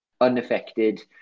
unaffected